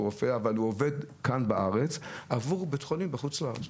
הוא רופא אבל הוא עובד כאן בארץ עבור בית חולים בחוץ לארץ.